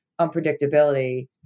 unpredictability